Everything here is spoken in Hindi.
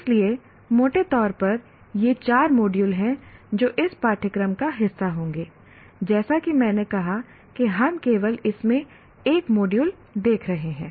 इसलिए मोटे तौर पर ये 4 मॉड्यूल हैं जो इस पाठ्यक्रम का हिस्सा होंगे जैसा कि मैंने कहा कि हम केवल इसमें 1 मॉड्यूल देख रहे हैं